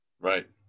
right